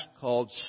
called